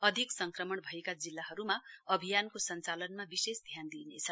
अधिक संक्रमण भएका जिल्लाहरूमा अभियानको संचालनमा विशेष ध्यान दिइनेछ